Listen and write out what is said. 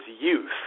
youth